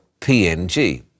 PNG